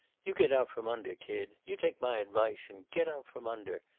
you get out from under, kid. you take my advice, and get out from under.